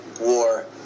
war